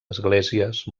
esglésies